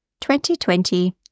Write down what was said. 2020